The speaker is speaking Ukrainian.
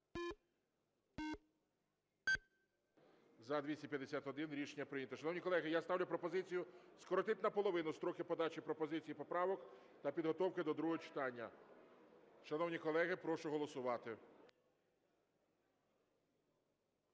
За-251 Рішення прийнято. Шановні колеги, я ставлю пропозицію скоротити наполовину строки подачі пропозицій і поправок та підготовки до другого читання. Шановні колеги, прошу голосувати.